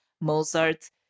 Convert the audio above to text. Mozart